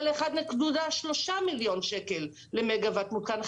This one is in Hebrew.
ל-1.3 מיליון שקלים למגה וואט מותקן,